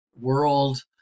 world